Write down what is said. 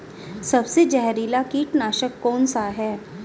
सबसे जहरीला कीटनाशक कौन सा है?